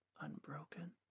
unbroken